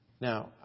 Now